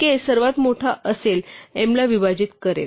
k सर्वात मोठा असेल m ला विभाजित करेल